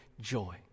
joy